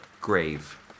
grave